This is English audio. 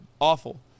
Awful